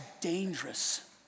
dangerous